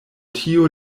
tio